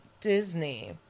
Disney